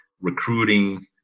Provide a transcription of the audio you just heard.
recruiting